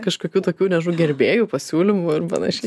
kažkokių tokių nežinau gerbėjų pasiūlymų ar panašiai